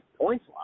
points